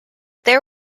there